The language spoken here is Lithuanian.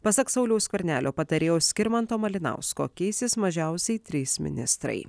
pasak sauliaus skvernelio patarėjo skirmanto malinausko keisis mažiausiai trys ministrai